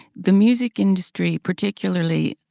the music industry particularly,